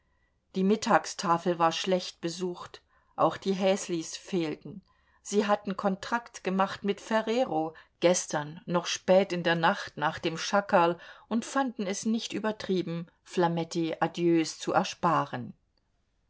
die mittagstafel war schlecht besucht auch die häslis fehlten sie hatten kontrakt gemacht mit ferrero gestern noch spät in der nacht nach dem schackerl und fanden es nicht übertrieben flametti adieus zu ersparen